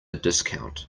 discount